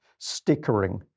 stickering